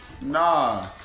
nah